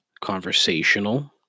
conversational